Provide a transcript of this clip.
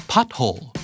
Pothole